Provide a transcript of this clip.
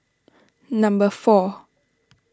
number four